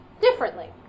differently